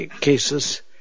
cases